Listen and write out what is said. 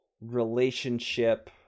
relationship